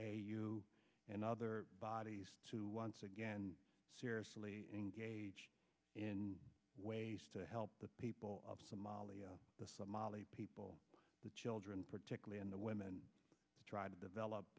you and other bodies to once again seriously engage in ways to help the people of somalia the somali people the children particularly in the women try to develop